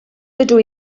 dydw